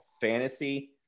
fantasy